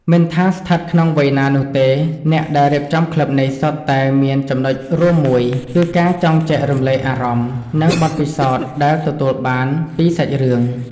មិនថាស្ថិតក្នុងវ័យណានោះទេ អ្នកដែលរៀបចំក្លឹបនេះ សុទ្ធតែមានចំណុចរួមមួយ គឺការចង់ចែករំលែកអារម្មណ៍ និងបទពិសោធន៍ដែលទទួលបានពីសាច់រឿង។